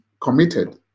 committed